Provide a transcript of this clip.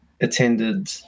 attended